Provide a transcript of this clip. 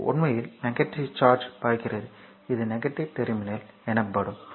இது உண்மையில் negative charge பாய்கிறது இது நெகட்டிவ் டெர்மினல் எனப்படும்